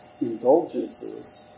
indulgences